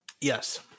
Yes